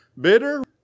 bitter